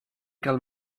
cal